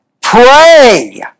Pray